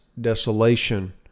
desolation